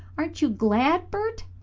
aren't you glad, bert?